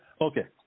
Okay